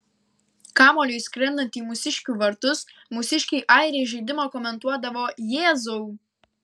kamuoliui skrendant į mūsiškių vartus mūsiškiai airiai žaidimą komentuodavo jėzau